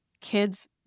kids